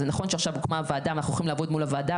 זה נכון שעכשיו הוקמה ועדה ואנחנו הולכים לעבוד מול הוועדה,